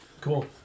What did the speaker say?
cool